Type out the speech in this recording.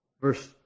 verse